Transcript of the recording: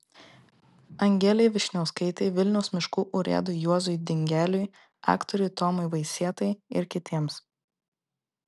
angelei vyšniauskaitei vilniaus miškų urėdui juozui dingeliui aktoriui tomui vaisietai ir kitiems